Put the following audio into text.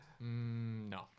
No